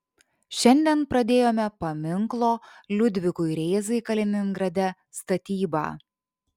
šiandien pradėjome paminklo liudvikui rėzai kaliningrade statybą